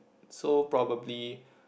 so probably